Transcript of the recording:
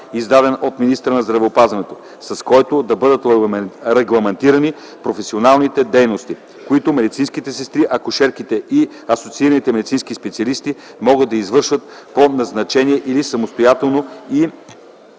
издаден от министъра на здравеопазването, с който да бъдат регламентирани професионалните дейности, които медицинските сестри, акушерките и асоциираните медицински специалисти могат да извършват по назначение или самостоятелно и